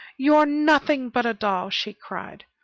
you are nothing but a doll! she cried.